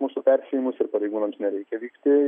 mūsų perspėjimus ir pareigūnams nereikia vykti